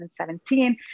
2017